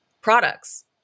products